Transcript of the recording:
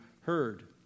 heard